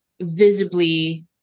visibly